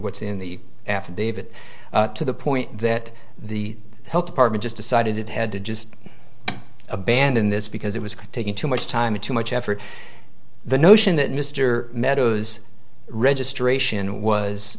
what's in the affidavit to the point that the health department just decided it had to just abandon this because it was taking too much time and too much effort the notion that mr meadows registration was